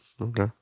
Okay